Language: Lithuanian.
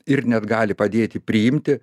ir net gali padėti priimti